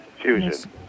fusion